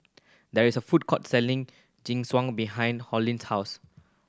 there is a food court selling Jingisukan behind Hollie's house